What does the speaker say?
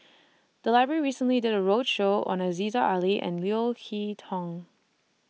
The Library recently did A roadshow on Aziza Ali and Leo Hee Tong